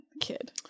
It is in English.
kid